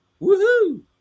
woohoo